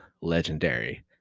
legendary